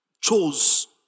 chose